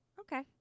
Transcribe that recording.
Okay